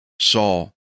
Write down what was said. Saul